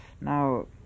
Now